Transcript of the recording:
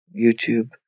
YouTube